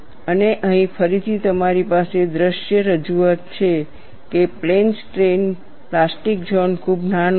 અને અહીં ફરીથી તમારી પાસે દ્રશ્ય રજૂઆત છે કે પ્લેન સ્ટ્રેઇન પ્લાસ્ટિક ઝોન ખૂબ નાનો છે